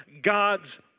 God's